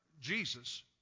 Jesus